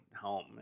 home